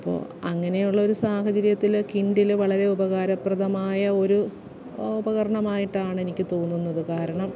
അപ്പോള് അങ്ങനെയുള്ള സാഹചര്യത്തില് കിൻഡില് വളരെ ഉപകാരപ്രദമായ ഒരു ഉപകരണമായിട്ടാണ് എനിക്ക് തോന്നുന്നത് കാരണം